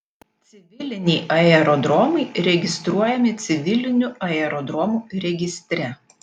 civiliniai aerodromai registruojami civilinių aerodromų registre